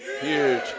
huge